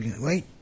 wait